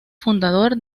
fundador